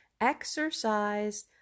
exercise